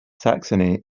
saxony